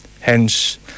hence